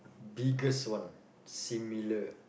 biggest one similar